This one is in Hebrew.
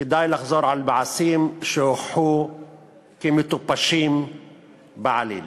כדאי לחזור על מעשים שהוכחו כמטופשים בעליל.